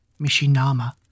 Mishinama